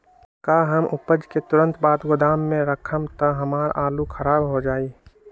का हम उपज के तुरंत बाद गोदाम में रखम त हमार आलू खराब हो जाइ?